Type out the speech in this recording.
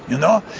you know?